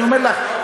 אני אומר לך.